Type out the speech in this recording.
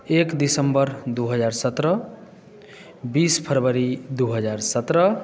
एक दिसम्बर दू हजार सत्रह बीस फरवरी दू हजार सत्रह